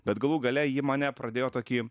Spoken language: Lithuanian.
bet galų gale ji mane pradėjo tokį